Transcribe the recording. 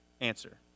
answer